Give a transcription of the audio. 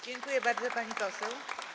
Dziękuję bardzo, pani poseł.